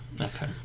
Okay